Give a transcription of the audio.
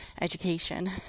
education